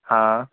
हा